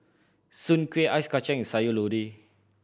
soon kway ice kacang and Sayur Lodeh